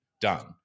done